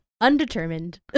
Undetermined